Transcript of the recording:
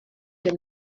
się